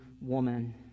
woman